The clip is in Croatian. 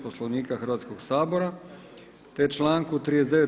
Poslovnika Hrvatskog sabora te članku 39.